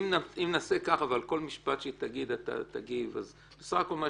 אם נעשה ככה ועל כל משפט שהיא תגיד אתה תגיב אז בסך הכלל מה